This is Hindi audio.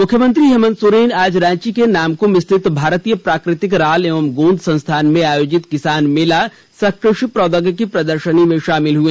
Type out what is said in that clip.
मुख्यमंत्री हेमंत सोरेन आज रांची के नामकुम स्थित भारतीय प्राकृतिक राल एवं गोंद संस्थान में आयोजित किसान मेला सह कृषि प्रौद्योगिकी प्रदर्शनी में शामिल हुए